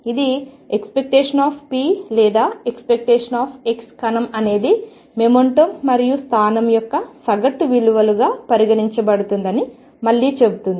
ఇది ⟨p⟩ లేదా ⟨x⟩ కణం అనేది మొమెంటం మరియు స్థానం యొక్క సగటు విలువలుగా పరిగణించబడుతుందని మళ్లీ చెబుతుంది